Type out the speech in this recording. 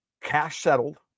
cash-settled